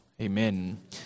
Amen